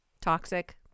Toxic